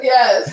Yes